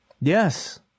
Yes